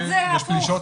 אני לא רואה את זה הפוך.